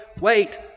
wait